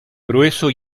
grueso